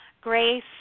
grace